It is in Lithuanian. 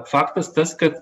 faktas tas kad